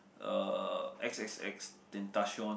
uh X_X_X tentacion